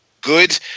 good